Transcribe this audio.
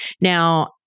Now